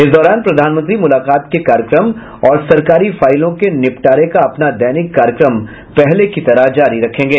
इस दौरान प्रधानमंत्री मुलाकात के कार्यक्रम और सरकारी फाईलों के निपटारे का अपना दैनिक कार्यक्रम पहले की तरह जारी रखेंगे